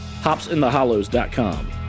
hopsinthehollows.com